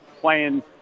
Playing